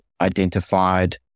identified